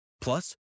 Plus